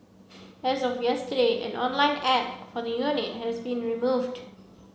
as of yesterday an online ad for the unit has been removed